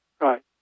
right